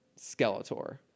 Skeletor